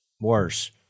worse